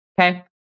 Okay